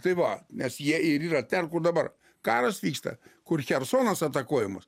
tai va nes jie ir yra ten kur dabar karas vyksta kur chersonas atakuojamas